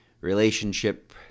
relationship